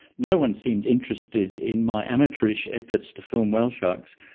no one seemed interested in my amateurish efforts to film whale sharks.